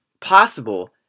possible